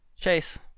Chase